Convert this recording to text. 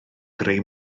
greu